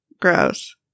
Gross